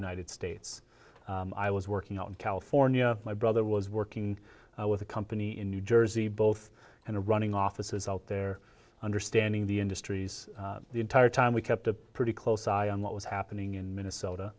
united states i was working on california my brother was working with a company in new jersey both and running offices out there understanding the industries the entire time we kept a pretty close eye on what was happening in minnesota